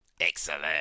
Excellent